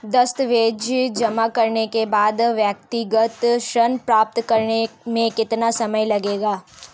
दस्तावेज़ जमा करने के बाद व्यक्तिगत ऋण प्राप्त करने में कितना समय लगेगा?